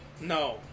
No